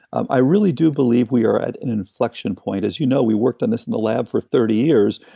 i really do believe we are at an inflection point. as you know, we worked on this in the lab for thirty years,